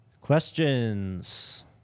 questions